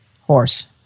horse